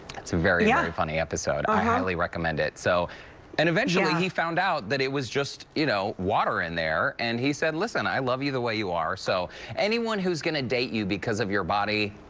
very, yeah very funny episode. i highly recommend it. so and eventually he found out that it was just you know water in there and he said listen, i love you the way you are, so anyone who is going to date you because of your body,